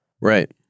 right